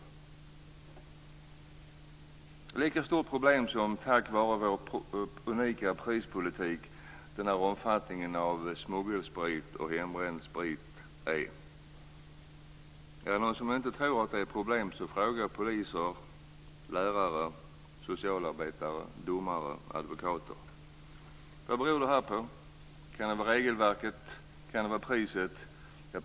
Det är ett lika stort problem som omfattningen av smuggelsprit och hembränd sprit är på grund av vår unika prispolitik. Är det någon som inte tror att det är ett problem så fråga poliser, lärare, socialarbetare, domare och advokater. Vad beror det på? Kan det vara regelverket? Kan det vara priset?